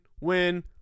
win